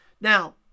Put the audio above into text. Now